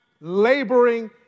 laboring